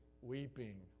weeping